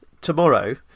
tomorrow